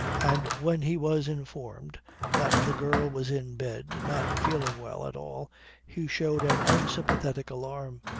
and when he was informed that the girl was in bed, not feeling well at all he showed an unsympathetic alarm.